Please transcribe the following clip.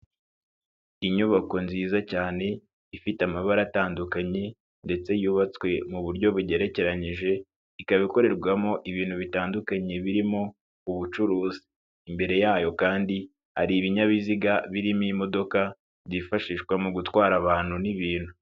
Inyubako nziza cyane ifite amabara atandukanye ndetse yubatswe mu buryo bugerekeranyije, ikaba ikorerwamo ibintu bitandukanye birimo ubucuruzi, imbere yayo kandi hari ibinyabiziga birimo imodoka byifashishwa mu gutwara abantu n'ibintu.